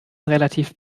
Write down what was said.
relativ